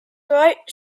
right